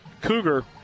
Cougar